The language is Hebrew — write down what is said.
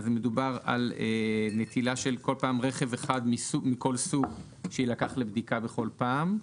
מדובר על נטילה של כל פעם רכב אחד מכל סוג שיילקח לבדיקה בכל פעם.